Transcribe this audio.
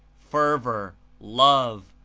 fervor, love,